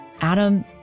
Adam